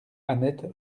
annette